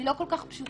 והיא לא כל כך פשוטה.